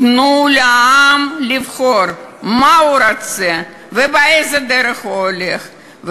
תנו לעם לבחור מה הוא רוצה ובאיזו דרך הוא הולך,